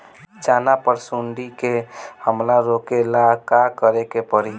चना पर सुंडी के हमला रोके ला का करे के परी?